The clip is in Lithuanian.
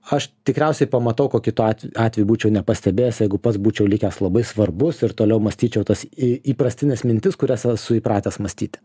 aš tikriausiai pamatau ko kitu atveju būčiau nepastebėjęs jeigu pats būčiau likęs labai svarbus ir toliau mąstyčiau tas į įprastines mintis kurias esu įpratęs mąstyti